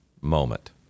moment